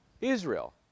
Israel